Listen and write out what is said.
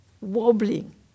wobbling